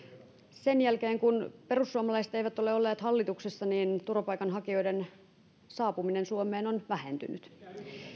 sen jälkeen kun perussuomalaiset eivät ole olleet hallituksessa niin turvapaikanhakijoiden saapuminen suomeen on vähentynyt